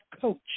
coach